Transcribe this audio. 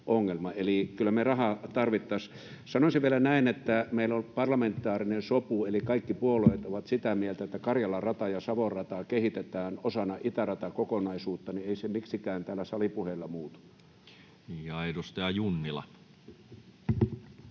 Eli kyllä me rahaa tarvittaisiin. Sanoisin vielä näin, että kun meillä on parlamentaarinen sopu eli kaikki puolueet ovat sitä mieltä, että Karjalan rataa ja Savon rataa kehitetään osana itäratakokonaisuutta, niin ei se miksikään täällä salipuheilla muutu. Ja edustaja Junnila.